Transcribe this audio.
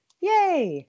Yay